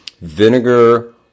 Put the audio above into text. vinegar